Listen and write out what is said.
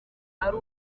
ari